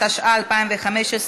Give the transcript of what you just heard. התשע"ה 2015,